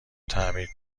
تعمیر